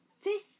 fifth